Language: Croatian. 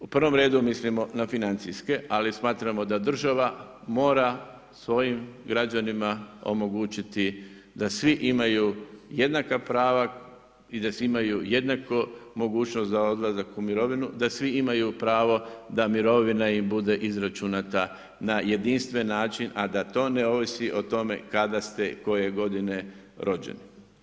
U prvom redu mislimo na financijske, ali smatramo da država mora svojim građanima osigurati da svi imaju jednaka prava i da svi imaju jednako mogućnost za odlazak u mirovinu, da svi imaju pravo da mirovina im bude izračunata na jedinstven način, a da to ne ovisi o tome kada ste i koje godine rođeni.